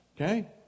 Okay